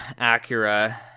Acura